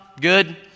good